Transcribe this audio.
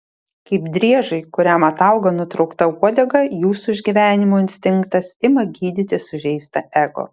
kaip driežui kuriam atauga nutraukta uodega jūsų išgyvenimo instinktas ima gydyti sužeistą ego